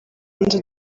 nzu